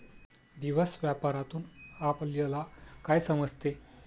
दिवस व्यापारातून आपल्यला काय समजते